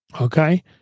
Okay